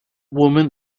woman